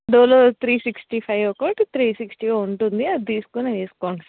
Dolo three sixty five ఒకటి three sixty ఉంటుంది అది తీసుకుని వేసుకోండి